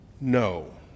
no